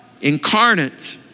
incarnate